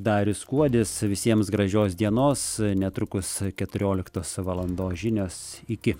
darius kuodis visiems gražios dienos netrukus keturioliktos valandos žinios iki